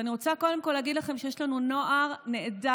ואני רוצה קודם כול להגיד לכם שיש לנו נוער נהדר,